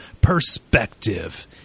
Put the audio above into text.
perspective